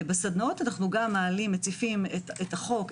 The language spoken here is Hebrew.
וגם שם אנו מציפים את החוק,